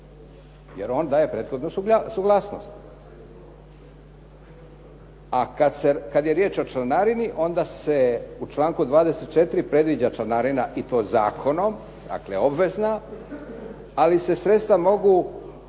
jer on daje prethodnu suglasnost. A kad je riječ o članarini onda se u članku 24. predviđa članarina i to zakonom, dakle obvezna. Ali se sredstva mogu